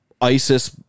isis